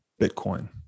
Bitcoin